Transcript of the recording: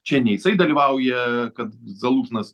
čia ne jisai dalyvauja kad zalūžnas